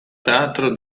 teatro